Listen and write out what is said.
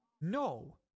No